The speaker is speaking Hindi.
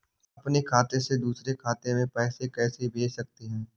अपने खाते से दूसरे खाते में पैसे कैसे भेज सकते हैं?